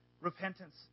repentance